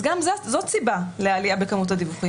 אז גם זאת סיבה לעלייה בכמות הדיווחים.